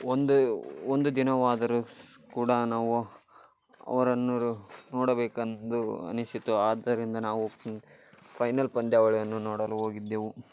ಒಂದು ಒಂದು ದಿನವಾದರೂ ಕೂಡ ನಾವು ಅವರನ್ನು ನೋಡಬೇಕೆಂದು ಅನಿಸಿತು ಆದ್ದರಿಂದ ನಾವು ಫೈನಲ್ ಪಂದ್ಯಾವಳಿಯನ್ನು ನೋಡಲು ಹೋಗಿದ್ದೆವು